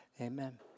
Amen